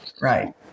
right